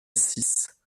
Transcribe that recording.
six